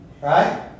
Right